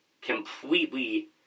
completely